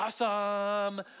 awesome